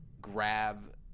grab